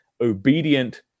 obedient